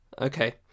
Okay